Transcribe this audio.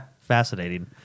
fascinating